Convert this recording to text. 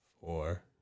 four